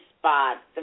spot